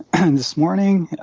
and this morning,